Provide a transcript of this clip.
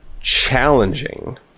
challenging